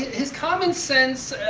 his common sense